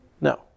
no